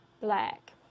black